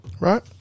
right